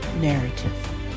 narrative